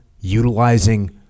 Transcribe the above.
utilizing